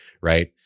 right